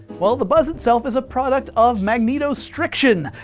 well, the buzz itself is a product of magnetostriction.